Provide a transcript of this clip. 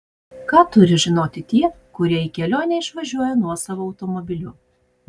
ką turi žinoti tie kurie į kelionę išvažiuoja nuosavu automobiliu